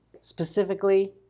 Specifically